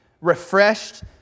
refreshed